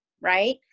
right